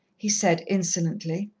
he said insolently.